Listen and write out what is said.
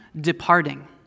departing